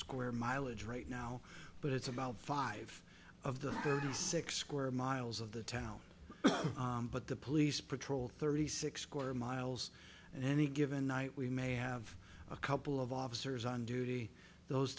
square mileage right now but it's about five of the thirty six square miles of the town but the police patrol thirty six square miles in any given night we may have a couple of officers on duty those